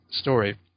story